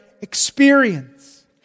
experience